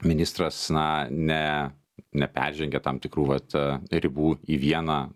ministras na ne neperžengia tam tikrų vat ribų į vieną